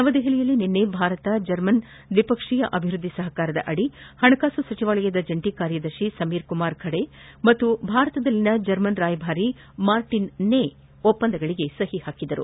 ನವದೆಹಲಿಯಲ್ಲಿ ನಿನ್ನೆ ಭಾರತ ಜರ್ಮನ್ ದ್ವಿಪಕ್ಷೀಯ ಅಭಿವೃದ್ದಿ ಸಹಕಾರದದಿ ಹಣಕಾಸು ಸಚಿವಾಲಯದ ಜಂಟಿ ಕಾರ್ಯದರ್ಶಿ ಸಮೀರ್ ಕುಮಾರ್ ಖರೆ ಮತ್ತು ಭಾರತದಲ್ಲಿನ ಜರ್ಮನ್ ರಾಯಭಾರಿ ಮಾರ್ಟಿನ್ ನೇ ಒಪ್ಪಂದಗಳಿಗೆ ಸಹಿ ಹಾಕಿದರು